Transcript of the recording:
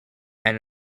and